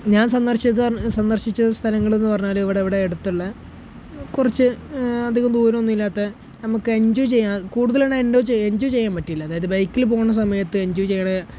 ഞാൻ സന്ദർശിച്ചത് സന്ദർശിച്ചത് സ്ഥലങ്ങളെന്നു പറഞ്ഞാൽ ഇവിടെ ഇവിടെ അടുത്തുള്ള കുറച്ച് അധികം ദൂരമൊന്നും ഇല്ലാത്ത നമുക്ക് എഞ്ചോയ് ചെയ്യാം അത് കൂടുതലുണ്ടെങ്കിൽ എഞ്ചോയ് ചെയ്യാൻ പറ്റില്ല അതായത് ബൈക്കിൽ പോകണ സമയത്ത് എഞ്ചോയ് ചെയ്യണ